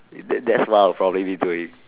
that that's what I'll probably be